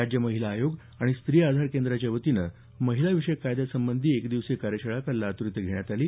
राज्य महिला आयोग आणि स्त्री आधार केंद्राच्यावतीनं महिला विषयक कायद्यांसंबधी एक दिवसीय कार्यशाळा काल लातूर इथं घेण्यात आली